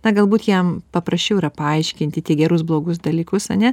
na galbūt jam paprasčiau yra paaiškinti tiek gerus blogus dalykus ane